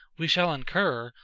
we shall incur,